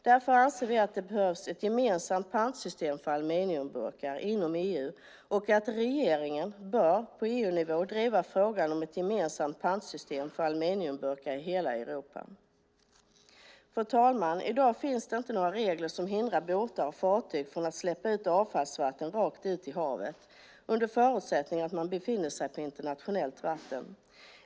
Därför anser vi att det behövs ett gemensamt pantsystem för aluminiumburkar inom EU och att regeringen på EU-nivå bör driva frågan om ett gemensamt pantsystem för aluminiumburkar i hela Europa. Fru talman! I dag finns det inga regler som hindrar båtar och fartyg från att släppa ut avfallsvatten rakt ut i havet när de befinner sig på internationellt vatten.